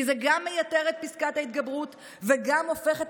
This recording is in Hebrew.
כי זה גם מייתר את פסקת ההתגברות וגם הופך את